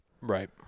Right